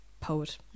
poet